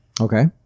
Okay